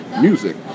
music